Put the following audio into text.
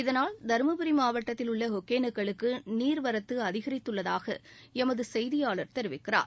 இதனால் தருமபுரி மாவட்டத்தில் உள்ள ஒகேனக்கலுக்கு நீர்வரத்து அதிகரித்துள்ளதாக எமது செய்தியாளர் தெரிவிக்கிறார்